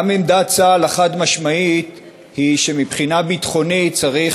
גם עמדת צה"ל החד-משמעית היא שמבחינה ביטחונית צריך